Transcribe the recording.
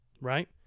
Right